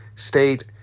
state